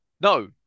No